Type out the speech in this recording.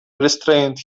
restrained